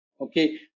okay